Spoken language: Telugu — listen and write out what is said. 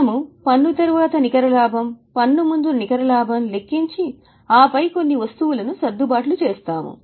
మనము పన్ను తర్వాత నికర లాభం పన్ను ముందు నికర లాభం లెక్కించి ఆపై కొన్ని వస్తువులకు సర్దుబాట్లు చేస్తాము